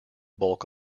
bulk